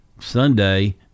Sunday